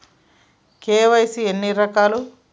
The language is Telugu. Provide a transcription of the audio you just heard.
కే.వై.సీ ఎన్ని రకాలు?